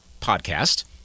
podcast